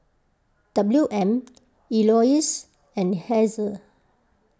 W M Elouise and Hazel